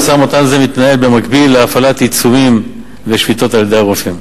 המשא-ומתן הזה מתנהל במקביל להפעלת עיצומים ושביתות על-ידי הרופאים.